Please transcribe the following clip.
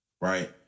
right